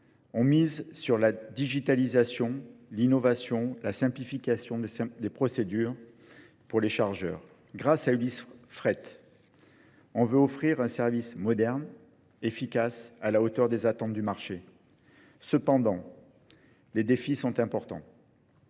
On mise sur la digitalisation, l'innovation, la simplification des procédures pour les chargeurs. Grâce à Ulysse Fret, on veut offrir un service moderne, efficace, à la hauteur des attentes du marché. Cependant, les défis sont importants.